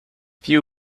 few